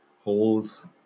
hold